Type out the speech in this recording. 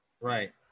Right